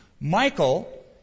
Michael